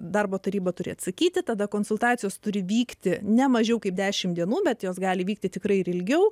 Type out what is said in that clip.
darbo taryba turi atsakyti tada konsultacijos turi vykti ne mažiau kaip dešim dienų bet jos gali vykti tikrai ir ilgiau